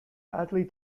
badly